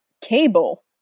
cable